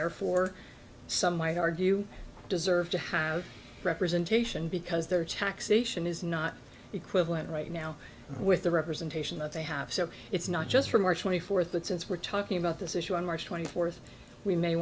therefore some might argue deserve to have representation because there taxation is not equivalent right now with the representation that they have so it's not just from march twenty fourth but since we're talking about this issue on march twenty fourth we may